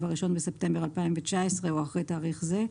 ב-1 בספטמבר 2019 או אחרי תאריך זה.